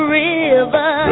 river